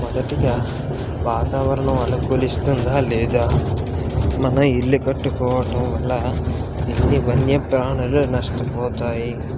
మొదటిగా వాతావరణం అనుకూలిస్తుందా లేదా మన ఇల్లు కట్టుకోవటం వల్ల ఎన్ని వన్యప్రాణులు నష్టపోతాయి